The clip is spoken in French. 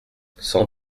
cent